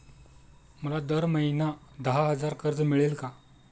मला दर महिना दहा हजार कर्ज मिळेल का?